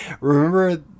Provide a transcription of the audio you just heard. remember